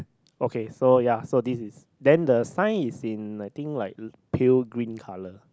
okay so ya so this is then the sign is in like I think like pear green colour